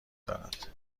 دارد